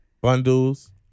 Bundles